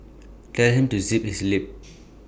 tell him to zip his lip